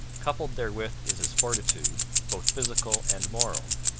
coupled therewith is his fortitude, both physical and moral.